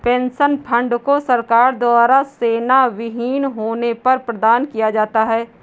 pension fund को सरकार द्वारा सेवाविहीन होने पर प्रदान किया जाता है